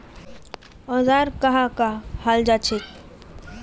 औजार कहाँ का हाल जांचें?